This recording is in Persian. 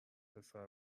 پسر